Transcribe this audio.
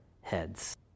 heads